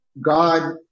God